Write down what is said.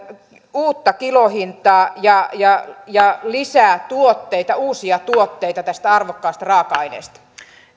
uutta kilohintaa ja ja lisää tuotteita uusia tuotteita tästä arvokkaasta raaka aineesta